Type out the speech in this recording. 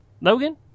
Logan